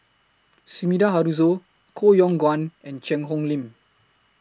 Sumida Haruzo Koh Yong Guan and Cheang Hong Lim